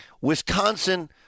Wisconsin